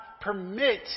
permit